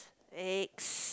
eggs